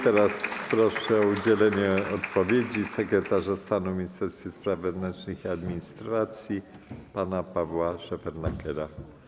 Teraz proszę o udzielenie odpowiedzi sekretarza stanu w Ministerstwie Spraw Wewnętrznych i Administracji pana Pawła Szefernakera.